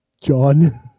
John